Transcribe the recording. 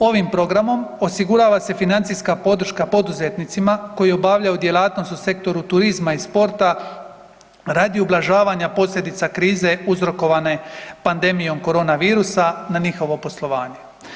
Ovim programom osigurava se financijska podrška poduzetnicima koji obavljaju djelatnost u sektoru turizma i sporta radi ublažavanja posljedica krize uzrokovane pandemijom korona virusa na njihovo poslovanje.